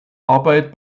arbeit